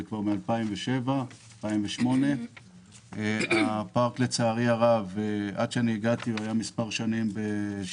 היא כבר מ-2007 2008. לצערי הרב במשך שלוש שנים הפארק